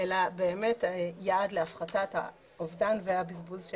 אלא באמת יעד להפחתת האובדן והבזבוז של